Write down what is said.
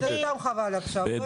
טוב, סתם חבל עכשיו.